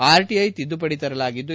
RTI ತಿದ್ದುಪಡಿ ತರಲಾಗಿದ್ದು